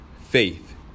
faith